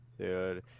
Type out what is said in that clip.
Dude